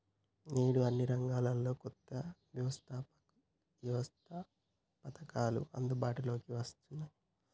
నేడు అన్ని రంగాల్లో కొత్త వ్యవస్తాపకతలు అందుబాటులోకి వస్తున్నాయి